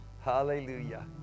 Hallelujah